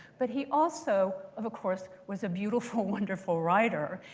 but he also, of course, was a beautiful, wonderful writer.